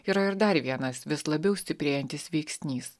yra ir dar vienas vis labiau stiprėjantis veiksnys